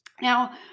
Now